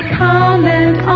comment